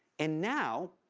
and now,